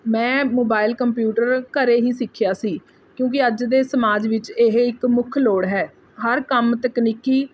ਮੈਂ mobile computer ਘਰੇ ਹੀ ਸਿੱਖਿਆ ਸੀ ਕਿਉਂਕਿ ਅੱਜ ਦੇ ਸਮਾਜ ਵਿੱਚ ਇਹ ਇੱਕ ਮੁੱਖ ਲੋੜ ਹੈ ਹਰ ਕੰਮ ਤਕਨੀਕੀ